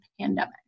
pandemic